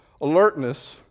alertness